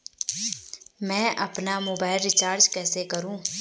मैं अपना mobile recharge कैसे करूँ?